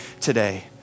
today